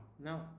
No